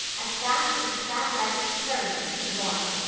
as fast as his fat legs could carry him, to the barn.